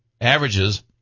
averages